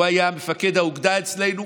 הוא היה מפקד האוגדה אצלנו.